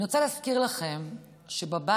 אני רוצה להזכיר לכם שבבית